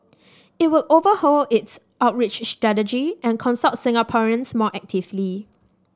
it would overhaul its outreach strategy and consult Singaporeans more actively